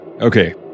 Okay